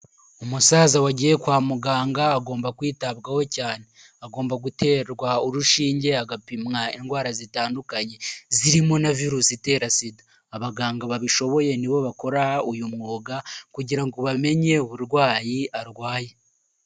Umusaza wagiye kwa muganga agomba kwitabwaho cyane, agomba guterwa urushinge agapimwa indwara zitandukanye zirimo na virusi itera sida, abaganga babishoboye nibo bakora uyu mwuga kugirango bamenye uburwayi arwaye.